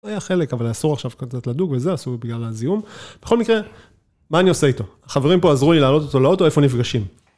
זה היה חלק, אבל אסור עכשיו קצת לדוג, וזה אסור בגלל הזיהום. בכל מקרה, מה אני עושה איתו? החברים פה עזרו לי לעלות אותו לאוטו, איפה נפגשים?